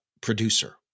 producer